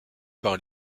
par